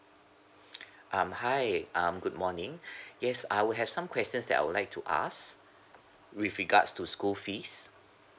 um hi um good morning yes I would have some questions that I would like to ask with regards to school fees